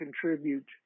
contribute